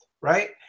Right